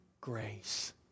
grace